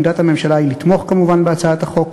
עמדת הממשלה היא לתמוך, כמובן, בהצעת החוק,